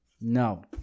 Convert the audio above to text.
No